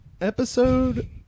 Episode